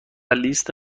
لیست